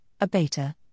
a-beta